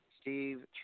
Steve